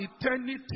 eternity